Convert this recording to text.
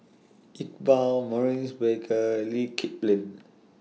Iqbal Maurice Baker Lee Kip Lin